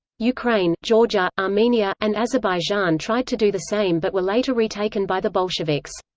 ukraine, georgia, armenia, and azerbaijan tried to do the same but were later retaken by the bolsheviks.